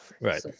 Right